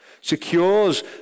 secures